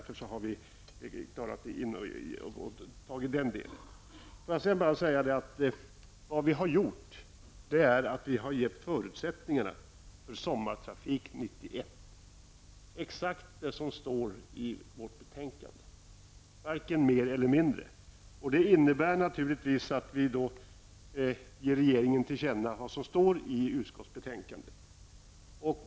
Får jag då säga att vad vi har gjort är att vi har gett förutsättningarna för Sommartrafik 91, exakt så som det står i betänkandet, varken mer eller mindre. Det innebär naturligtvis att vi ger regeringen till känna vad som står i utskottsbetänkandet.